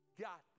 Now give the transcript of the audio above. got